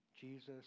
Jesus